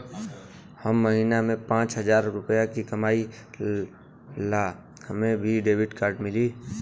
हम महीना में पाँच हजार रुपया ही कमाई ला हमे भी डेबिट कार्ड मिली?